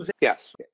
Yes